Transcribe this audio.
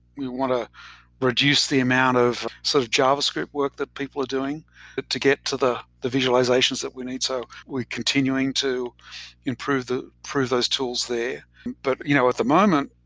we want to reduce the amount of sort of javascript work that people are doing to get to the the visualizations that we need, so we're continuing to improve the through those tools there but you know at the moment,